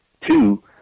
Two